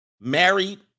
married